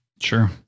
Sure